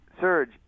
surge